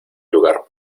lugar